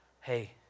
hey